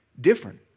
different